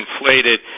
inflated